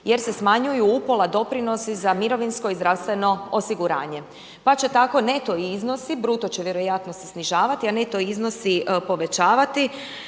jer se smanjuju upola doprinosi za mirovinsko i zdravstveno osiguranje. Pa će tako neto iznosi, bruto će vjerojatno se snižavati, a neto iznosi povećavati